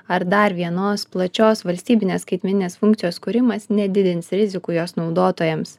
ar dar vienos plačios valstybinės skaitmeninės funkcijos kūrimas nedidins rizikų jos naudotojams